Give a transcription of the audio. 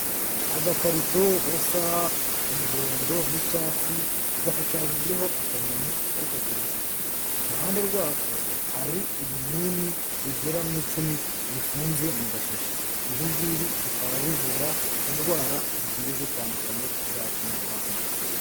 Agakarito gasa umuhondo n'icyatsi gashushanyijeho akanyoni kari kuguruka, iruhande rwako hari ibinini bigera mw’icumi bifunze mu gashashi. Ibingibi bikaba bivura indwara zigiye zitandukanye za kinyarwanda.